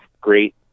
great